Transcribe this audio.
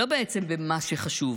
לא במה שחשוב.